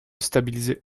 stabiliser